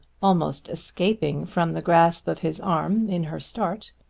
almost escaping from the grasp of his arm in her start.